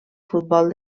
futbol